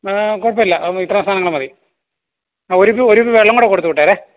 കുഴപ്പമില്ല ഇത്രയും സാധനങ്ങൾ മതി ഒരുകു ഒരു കുപ്പി വെള്ളം കൂടെ കൊടുത്തുവിട്ടേര്